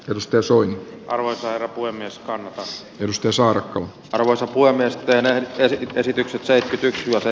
pyrstö osui arvoisa herra puhemies on taas pystysuorat arvoisa kuin myös tänään esitykset täytetyksi osa